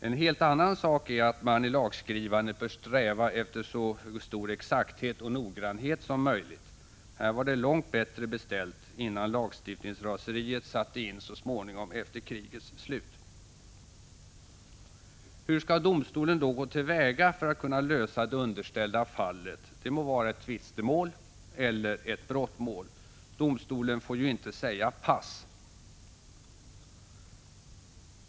En helt annan sak är att man i lagskrivandet bör sträva efter så stor exakthet och noggrannhet som möjligt. Här var det långt bättre beställt, innan lagstiftningsraseriet satte in så småningom efter krigets slut. Hur skall domstolen då gå till väga för att kunna lösa det underställda fallet — det må vara ett tvistemål eller ett brottmål? Domstolen får ju inte säga ”pass”.